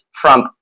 Trump